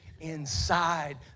inside